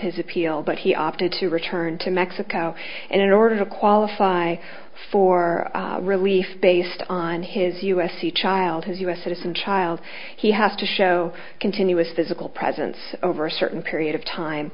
his appeal but he opted to return to mexico and in order to qualify for relief based on his u s c child his u s citizen child he has to show continuous physical presence over a certain period of time